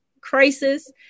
crisis